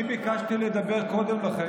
אני ביקשתי לדבר קודם לכן,